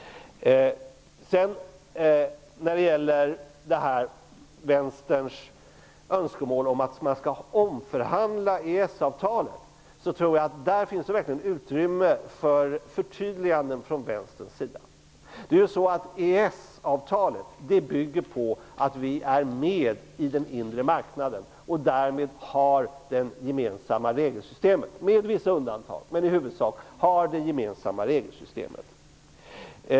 När det gäller Vänsterns önskemål om att man skall omförhandla EES-avtalet finns det verkligen utrymme för förtydliganden från Vänsterns sida. EES-avtalet bygger på att vi är med i den inre marknaden och i huvudsak, om också med vissa undantag, omfattas av det gemensamma regelsystemet.